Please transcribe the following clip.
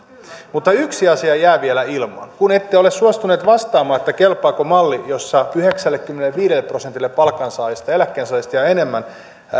mutta yksi asia jää vielä ilmaan kun ette ole suostuneet vastaamaan kelpaako malli jossa yhdeksällekymmenelleviidelle prosentille palkansaajista ja eläkkeensaajista jää enemmän